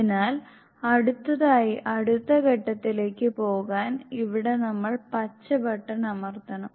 അതിനാൽ അടുത്തതായി അടുത്ത ഘട്ടത്തിലേക്ക് പോകാൻ ഇവിടെ നമ്മൾ പച്ച ബട്ടൺ അമർത്തണം